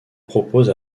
propose